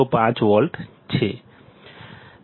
05 volt છે